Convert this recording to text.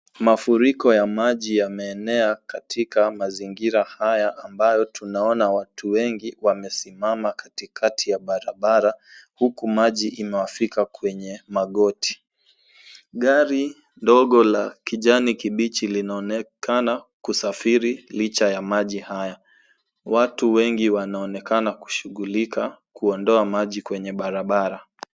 Mafuriko ya maji yamerenea katika mazingira haya ambayo tunaona watu wengi wamesimama katikati ya barabara huku maji imewafika kwenye magoti. Gari dogo la kijani kibichi linaonekana kusafiri licha ya maji haya. Watu wengi wanaonekana kushughulika kuondoa maji kwenye barabara.